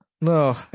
No